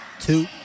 two